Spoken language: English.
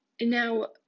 Now